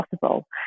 possible